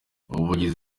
umuvugizi